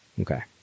Okay